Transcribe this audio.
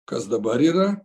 kas dabar yra